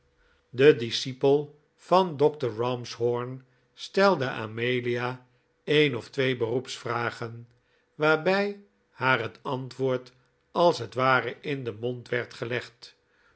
de discipel van dr ramshorn stelde amelia een of twee beroepsvragen waarbij haar het antwoord als het ware in den mond werd gelegd